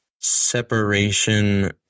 separation